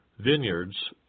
vineyards